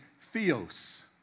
Theos